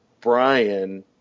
Brian